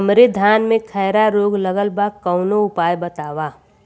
हमरे धान में खैरा रोग लगल बा कवनो उपाय बतावा?